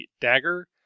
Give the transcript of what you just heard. dagger